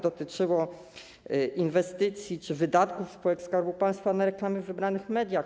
Dotyczyło inwestycji czy wydatków spółek Skarbu Państwa na reklamy w wybranych mediach.